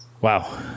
Wow